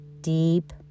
deep